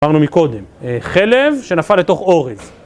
דברנו מקודם, חלב שנפל לתוך אורז